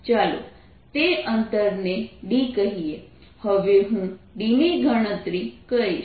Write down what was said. ચાલો તે અંતરને d કહીએ હવે હું d ની ગણતરી કરીશ